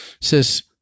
says